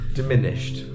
diminished